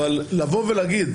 אבל לבוא ולהגיד